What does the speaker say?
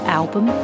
album